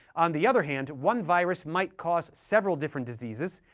on the other hand, one virus might cause several different diseases,